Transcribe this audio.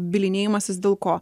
bylinėjimasis dėl ko